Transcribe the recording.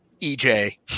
EJ